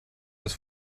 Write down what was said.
das